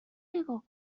نگاه